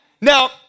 Now